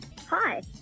Hi